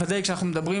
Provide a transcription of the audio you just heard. בוודאי כשאנחנו מדברים,